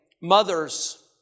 mothers